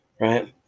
Right